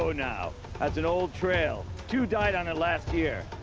so now. that's an old trail. two died on it last year.